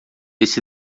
esse